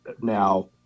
now